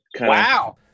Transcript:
wow